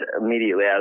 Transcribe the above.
immediately